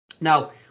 Now